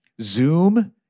Zoom